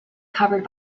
covered